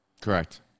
correct